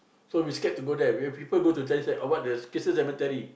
so we scared to go there we have people go to Chinese ah what the Christian cemetery